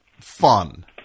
fun